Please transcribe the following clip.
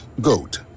Goat